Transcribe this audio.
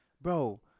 Bro